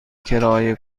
کرایه